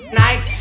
night